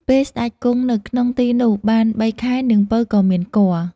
ពេលសេ្តចគង់នៅក្នុងទីនោះបានបីខែនាងពៅក៏មានគភ៌‌។